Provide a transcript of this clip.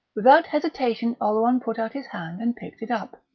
without hesitation oleron put out his hand and picked it up.